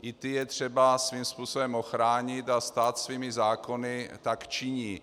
I ty je třeba svým způsobem ochránit a stát svými zákony tak činí.